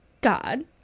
god